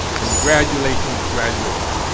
congratulations, graduates